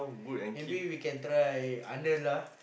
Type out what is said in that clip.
maybe we can try Arnold lah